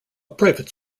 private